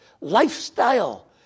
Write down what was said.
lifestyle